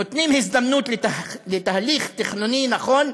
נותנים הזדמנות לתהליך תכנוני נכון,